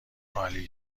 عالی